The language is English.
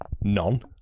none